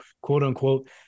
quote-unquote